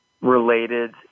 related